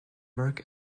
work